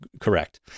Correct